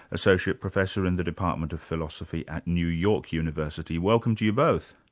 associate professor in the department of philosophy at new york university. welcome to you both.